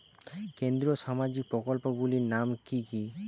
কেন্দ্রীয় সামাজিক প্রকল্পগুলি নাম কি কি?